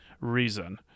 reason